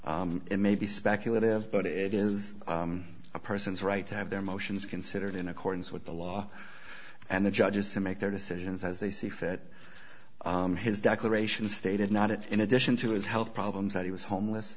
know it may be speculative but it is a person's right to have their motions considered in accordance with the law and the judges to make their decisions as they see fit his declaration stated not it in addition to his health problems that he was homeless